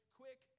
quick